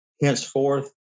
Henceforth